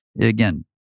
Again